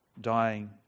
dying